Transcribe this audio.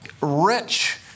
rich